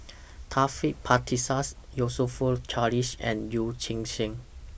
Taufik Batisah's YOU So Fook Charles and Yee Chia Hsing